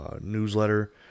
newsletter